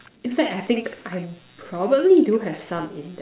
in fact I think I probably do have some in